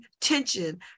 tension